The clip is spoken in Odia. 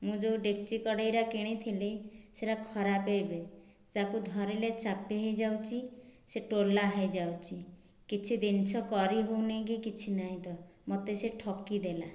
ମୁଁ ଯୋଉ ଡେକଚି କଡ଼େଇରା କିଣିଥିଲି ସେରା ଖରାପ ଏବେ ତାକୁ ଧରିଲେ ଚାପି ହୋଇ ଯାଉଛି ସେ ଟୋଲା ହୋଇଯାଉଛି କିଛି ଜିନିଷ କରି ହେଉନି କି କିଛି ନାହିଁ ତ ମୋତେ ସେ ଠକିଦେଲା